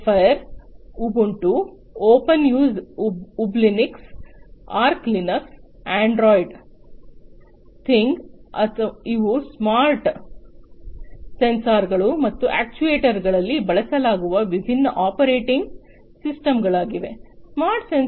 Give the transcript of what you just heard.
Geoffrey Ubuntu openSUSE Ubilinux Arch Linux Android thing ಇವು smart ಸೆನ್ಸರ್ಗಳು ಮತ್ತು ಅಕ್ಚುಯೆಟರ್ಸ್ಗಗಳಲ್ಲಿ ಬಳಸಲಾಗುವ ವಿಭಿನ್ನ ಆಪರೇಟಿಂಗ್ ಸಿಸ್ಟಮ್ಗಳಾಗಿವೆ